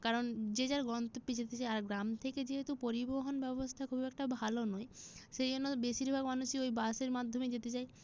কারণ যে যার গন্তব্যে যেতে চায় আর গ্রাম থেকে যেহেতু পরিবহন ব্যবস্থা খুব একটা ভালো নয় সেই জন্য বেশিরভাগ মানুষই ওই বাসের মাধ্যমে যেতে চায়